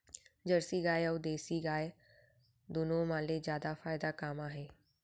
Jersey गाय अऊ देसी गाय दूनो मा ले जादा फायदा का मा हे?